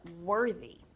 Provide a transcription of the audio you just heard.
worthy